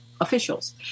Officials